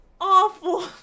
awful